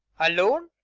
alone?